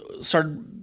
started